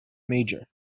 major